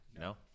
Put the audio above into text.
No